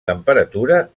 temperatura